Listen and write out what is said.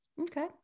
Okay